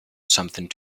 something